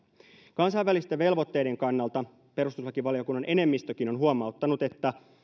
kansainvälisten velvoitteiden kannalta perustuslakivaliokunnan enemmistökin on huomauttanut että